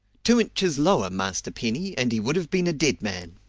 two inches lower, master penny, and he would have been a dead man.